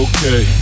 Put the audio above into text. Okay